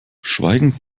schweigend